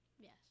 Yes